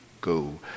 go